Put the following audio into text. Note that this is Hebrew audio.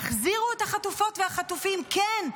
תחזירו את החטופות והחטופים, כן,